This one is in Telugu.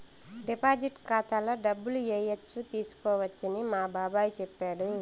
డిపాజిట్ ఖాతాలో డబ్బులు ఏయచ్చు తీసుకోవచ్చని మా బాబాయ్ చెప్పాడు